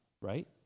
right